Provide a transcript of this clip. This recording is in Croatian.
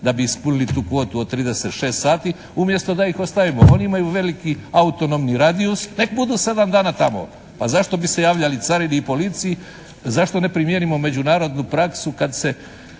da bi ispunili tu kvotu od 36 sati umjesto da ih ostavimo. Oni imaju veliki autonomni radijus. Nek budu 7 dana tamo. A zašto bi se javljali carini i policiji. Zašto ne primjenimo međunarodnu praksu kad se